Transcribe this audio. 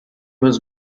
was